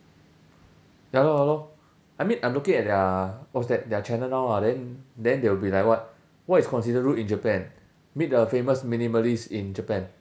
ya lor ya lor I mean I'm looking at their what's that their channel now ah then then they will be like what what is considered rude in japan meet the famous minimalist in japan